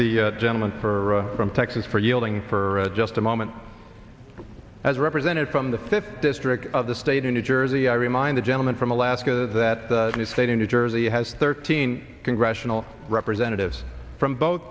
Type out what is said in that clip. the gentleman for from texas for yielding for just a moment as a representative from the fifth district of the state of new jersey i remind the gentleman from alaska that the state of new jersey has thirteen congressional representatives from both